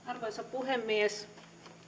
arvoisa puhemies